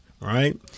right